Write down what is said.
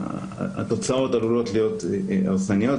התוצאות עלולות להיות הרסניות.